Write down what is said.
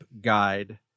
guide